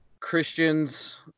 Christians